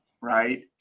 right